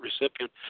recipient